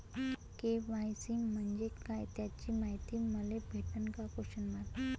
KYC म्हंजे काय त्याची मायती मले भेटन का?